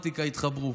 והרומנטיקה התחברו.